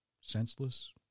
senseless